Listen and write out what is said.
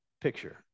picture